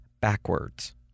backwards